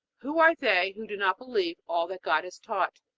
who are they who do not believe all that god has taught?